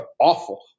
awful